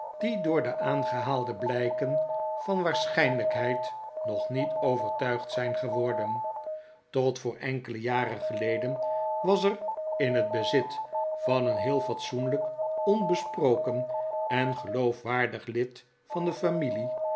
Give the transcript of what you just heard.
die door de aangehaalde blijken van waarschijnlijkheid nog niet overtuigd zijn geworden tot voor enkele jaren geleden was er in het bezit van een heel fatsoenlijk onbesproken en geloofwaardig lid van de familie